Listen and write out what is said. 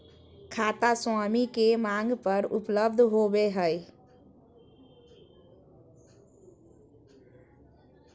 खाता स्वामी के मांग पर उपलब्ध होबो हइ